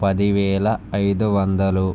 పదివేల ఐదువందలు